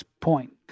point